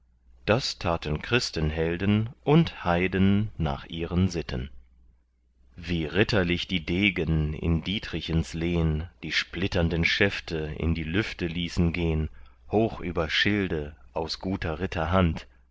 das taten christenhelden und heiden nach ihren sitten wie ritterlich die degen in dietrichens lehn die splitternden schäfte in die lüfte ließen gehn hoch über schilde aus guter ritter hand